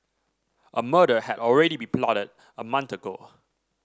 a murder had already been plotted a month ago